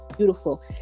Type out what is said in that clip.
beautiful